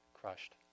crushed